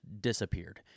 disappeared